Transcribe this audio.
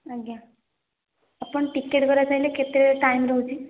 ଆଜ୍ଞା ଆପଣ ଟିକେଟ୍ କରିବାକୁ ହେଲେ କେତେ ଟାଇମ୍ ରହୁଛି